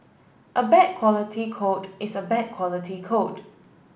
a bad quality code is a bad quality code